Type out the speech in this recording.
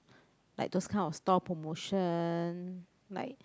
like those kind of store promotion like